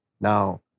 Now